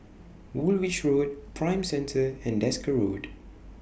Woolwich Road Prime Centre and Desker Road